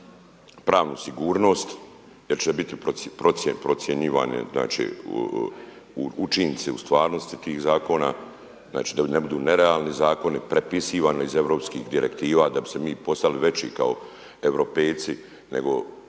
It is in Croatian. pravnu sigurnost jer će biti procjenjivane znači učinci u stvarnosti tih zakona, znači da ne budu nerealni zakoni, prepisivani iz europskih direktiva, da bismo mi postali veći kao europejci nego, a jesmo